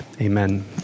Amen